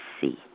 see